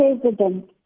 president